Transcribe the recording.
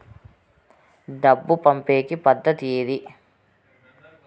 డబ్బు పంపేకి పద్దతి ఏది